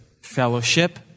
fellowship